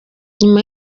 nyuma